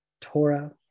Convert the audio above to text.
Torah